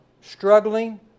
struggling